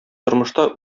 тормышта